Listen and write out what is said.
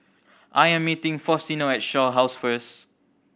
I'm meeting Faustino at Shaw House first